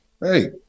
Hey